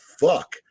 fuck